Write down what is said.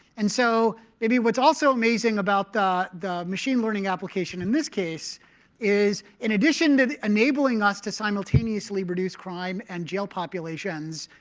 and so maybe what's also amazing about the the machine learning application in this case is, in addition to enabling us to simultaneously reduce crime and jail populations,